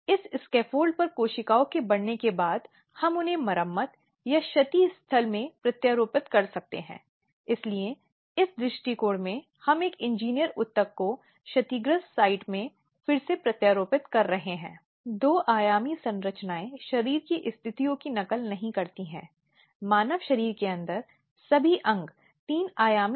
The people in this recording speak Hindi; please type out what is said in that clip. क्योंकि अगर इस संबंध में बार बार याद दिलाया जाता है तो यह पीड़ित के लिए कई बार एक और आघात पैदा करता है यौन उत्पीड़न की शिकायत महिलाओं के लिए सवाल में कम महत्व के उत्पीड़न की स्थिति नहीं होनी चाहिए